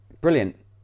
Brilliant